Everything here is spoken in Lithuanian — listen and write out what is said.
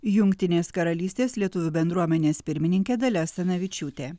jungtinės karalystės lietuvių bendruomenės pirmininkė dalia asanavičiūtė